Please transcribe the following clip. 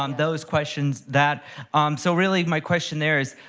um those questions that so really, my question there is,